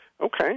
Okay